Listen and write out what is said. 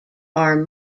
are